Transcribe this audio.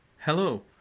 Hello